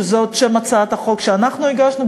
שזה שם הצעת החוק שאנחנו הגשנו,